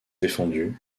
défendus